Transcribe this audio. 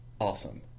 Awesome